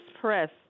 Press